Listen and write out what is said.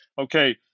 okay